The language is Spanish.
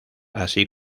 así